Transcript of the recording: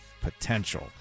potential